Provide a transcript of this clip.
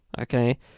Okay